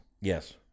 Yes